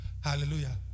Hallelujah